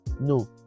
no